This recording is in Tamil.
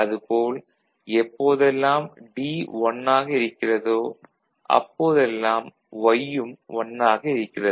அது போல் எப்போதெல்லாம் D 1 ஆக இருக்கிறதோ அப்போதெல்லாம் Y ம் 1 ஆக இருக்கிறது